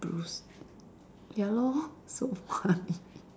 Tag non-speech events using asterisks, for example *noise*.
bruise ya lor so funny *laughs*